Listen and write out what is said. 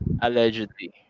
allegedly